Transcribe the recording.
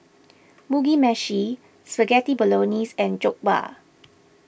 Mugi Meshi Spaghetti Bolognese and Jokbal